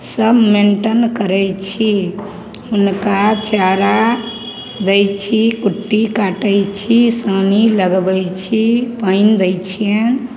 सब मेनटेन करै छी हुनका चारा दै छी कुट्टी काटै छी सानी लगबै छी पानि दै छिअनि